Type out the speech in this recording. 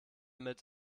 mit